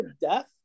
death